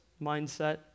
mindset